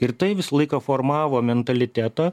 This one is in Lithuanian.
ir tai visą laiką formavo mentalitetą